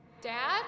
Dad